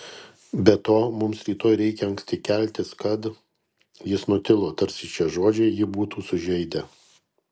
be to mums rytoj reikia anksti keltis kad jis nutilo tarsi šie žodžiai jį būtų sužeidę